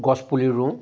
গছ পুলি ৰুওঁ